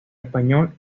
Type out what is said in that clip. español